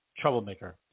troublemaker